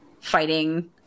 fighting